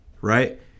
right